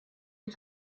die